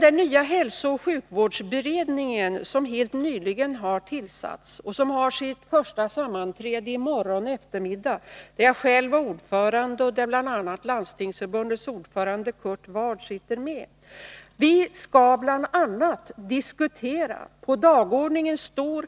Den nya hälsooch sjukvårdsberedningen, som helt nyligen har tillsatts, har sitt första sammanträde i morgon eftermiddag. Jag är själv ordförande, och Kurt Ward sitter med. Vi skall bl.a. diskutera läkarförsörjningen. På dagordningen står